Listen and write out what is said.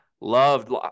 Loved